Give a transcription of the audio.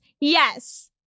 Yes